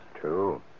True